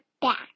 back